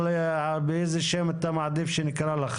אבל הדיון לא התנהל בכיוון הנכון.